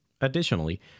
Additionally